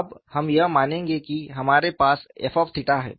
अब हम यह मानेंगे कि हमारे पास f है